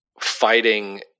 fighting